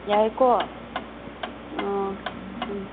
ꯌꯥꯏꯀꯣ ꯑꯣ ꯎꯝ